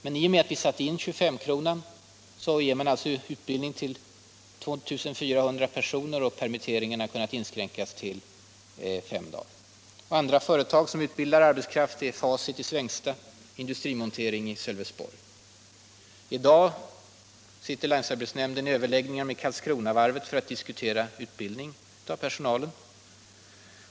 Men i och med att vi satte in 2S-kronan ger man där utbildning till 12 400 personer, och permitteringarna har kunnat inskränkas till fem dagar. Andra företag som också utbildar arbetskraft är Facit i Svängsta och Industrimontering i Sölvesborg. I dag sitter länsarbetsnämnden i överläggningar med Karlskronavarvet för att diskutera utbildning av personalen.